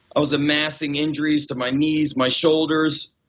i was a mess in injuries to my knees, my shoulders.